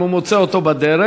אם הוא מוצא אותו בדרך,